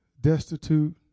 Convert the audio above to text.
destitute